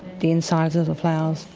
the insides of the flowers,